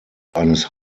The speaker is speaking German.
eines